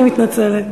אני מתנצלת.